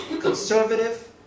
conservative